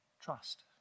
trust